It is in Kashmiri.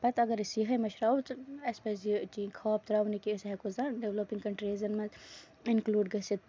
پَتہٕ اَگر أسۍ یِہے مٔشراوو اَسہِ پَزِ یہِ چی خاب تراوُنے کہِ أسۍ ہٮ۪کو زانٛہہ ڈیولَپِنگ کَنٹریٖزن منز اِنکٔلوٗڈ گٔژھِتھ